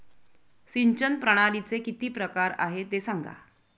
सिंचन प्रणालीचे किती प्रकार आहे ते सांगा